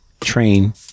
train